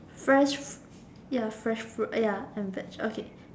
fresh ya fresh fruit ya and vege okay